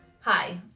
Hi